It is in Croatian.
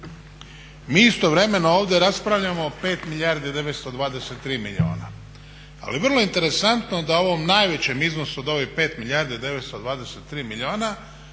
Mi istovremeno ovdje raspravljamo o 5 milijardi 923 milijuna. Ali vrlo je interesantno da ovom najvećem iznosu od ovih 5 milijardi 923 milijuna